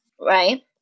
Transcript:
Right